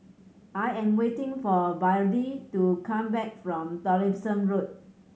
I am waiting for Byrdie to come back from Tomlinson Road